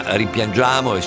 rimpiangiamo